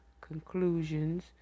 conclusions